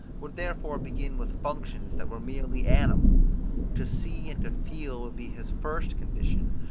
would therefore begin with functions that were merely animal to see and to feel would be his first condition,